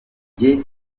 jye